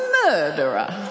murderer